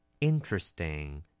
interesting